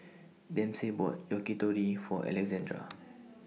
Dempsey bought Yakitori For Alessandra